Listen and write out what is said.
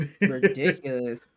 Ridiculous